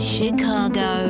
Chicago